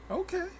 Okay